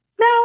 No